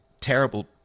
terrible